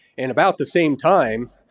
and about the same time